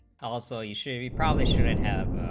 also you should probably should and have,